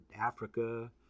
Africa